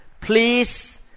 please